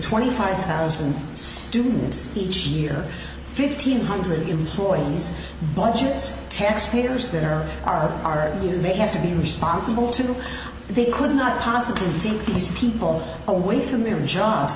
twenty five thousand students each year fifteen hundred employees budgets taxpayers there are are you may have to be responsible to they could not possibly team these people away from their jobs